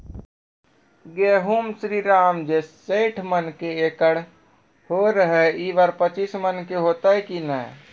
गेहूँ श्रीराम जे सैठ मन के एकरऽ होय रहे ई बार पचीस मन के होते कि नेय?